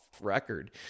record